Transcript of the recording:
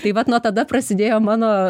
tai vat nuo tada prasidėjo mano